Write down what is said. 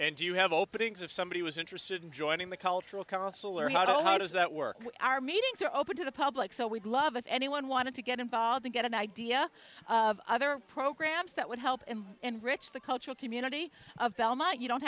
and you have openings if somebody was interested in joining the cultural current seler how to how does that work our meetings are open to the public so we'd love if anyone wanted to get involved and get an idea of other programs that would help him enrich the cultural community of belmont you don't